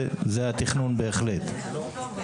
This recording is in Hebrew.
וזה בהחלט התכנון.